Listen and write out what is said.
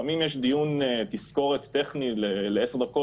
לפעמים יש דיון תזכורת טכני לעשר דקות